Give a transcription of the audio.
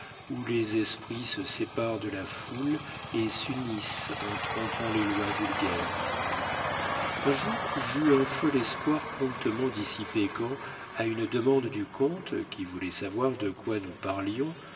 où les esprits se séparent de la foule et s'unissent en trompant les lois vulgaires un jour j'eus un fol espoir promptement dissipé quand à une demande du comte qui voulait savoir de quoi nous parlions